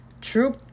true